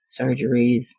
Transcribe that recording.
surgeries